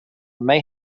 may